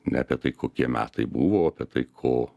ne apie tai kokie metai buvo o apie tai ko